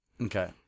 Okay